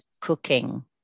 cooking